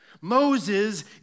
Moses